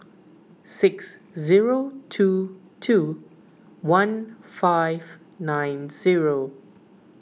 six zero two two one five nine zero